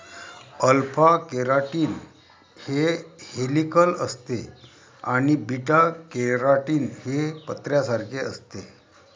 alpha keratin हे helical असते आणि बीटा केराटीन हे पत्र्यासारखे असते